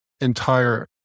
entire